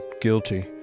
guilty